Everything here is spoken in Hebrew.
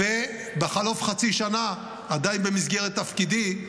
ובחלוף חצי שנה, עדיין במסגרת תפקידי,